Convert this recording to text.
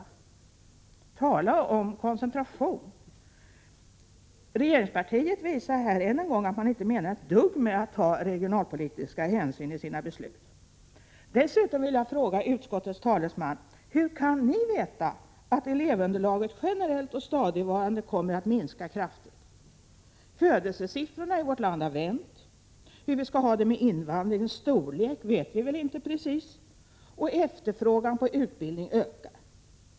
Tala om koncentration! Regeringspartiet visar här än en gång att man inte menar ett dugg med att ta regionalpolitiska hänsyn i sina beslut. Dessutom vill jag fråga utskottets talesman: Hur kan ni veta att elevunderlaget generellt och stadigvarande kommer att minska kraftigt? Födelsesiffrorna i vårt land har vänt. Hur vi skall ha det med invandringens storlek vet vi väl inte precis, och efterfrågan på utbildning ökar.